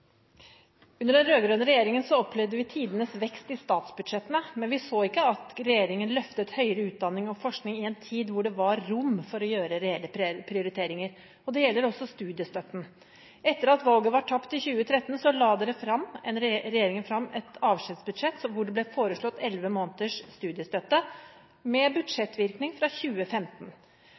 Under den rød-grønne regjeringen opplevde vi tidenes vekst i statsbudsjettene, men vi så ikke at regjeringen løftet høyere utdanning og forskning i en tid hvor det var rom for å gjøre reelle prioriteringer. Det gjelder også studiestøtten. Etter at valget var tapt i 2013, la regjeringen frem et avskjedsbudsjett hvor det ble foreslått elleve måneders studiestøtte med budsjettvirkning fra 2015,